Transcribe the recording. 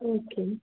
okay